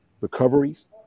recoveries